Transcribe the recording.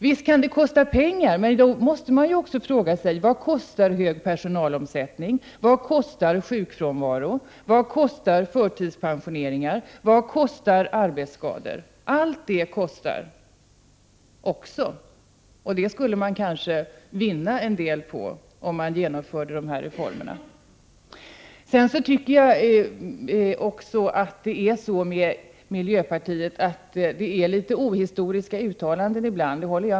Visst kan det kosta pengar att ändra på förhållandena, men man måste fråga sig vad stor personalomsättning, sjukfrånvaro, förtidspensionering och arbetsskador kostar. Allt detta kostar också pengar. Man skulle kanske vinna en del om man genomförde reformerna. Sedan vill jag hålla med om att miljöpartisterna ibland gör ohistoriska uttalanden.